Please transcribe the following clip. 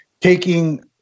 taking